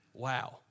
Wow